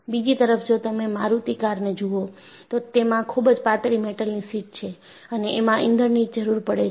બીજી તરફ જો તમે મારુતિકાર ને જુઓ તો તેમાં ખૂબ જ પાતળી મેટલની શીટ છે અને એમાં ઇંધણની જરૂર પડે છે